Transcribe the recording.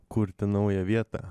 kurti naują vietą